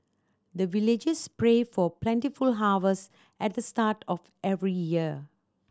the villagers pray for plentiful harvest at the start of every year